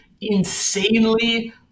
insanely